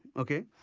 ok?